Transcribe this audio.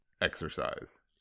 exercise